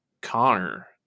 Connor